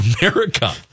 America